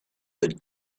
that